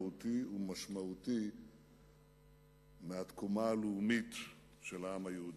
מהותי ומשמעותי מהתקומה הלאומית של העם היהודי.